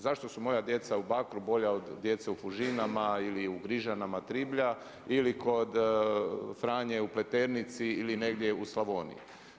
Zašto su moja djeca u Bakru bolja od djece u Fužinama ili u Grižanama, Triblja ili kod Franje u Pleternici ili negdje u Slavoniji?